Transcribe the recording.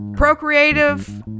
procreative